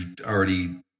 already